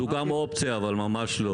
זו גם אופציה, אבל ממש לא.